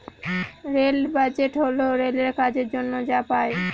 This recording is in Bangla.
রেল বাজেট হল রেলের কাজের জন্য যা পাই